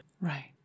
right